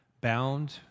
bound